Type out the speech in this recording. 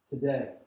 today